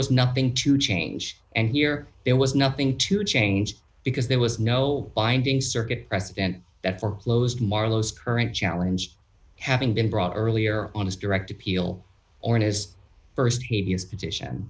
was nothing to change and here there was nothing to change because there was no binding circuit president that foreclosed marlo's current challenge having been brought earlier on his direct appeal or in his